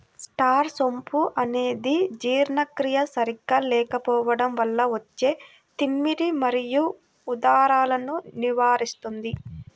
star సోంపు అనేది జీర్ణక్రియ సరిగా లేకపోవడం వల్ల వచ్చే తిమ్మిరి మరియు ఉదరాలను నివారిస్తుంది